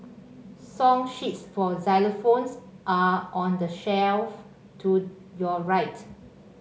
song sheets for xylophones are on the shelf to your right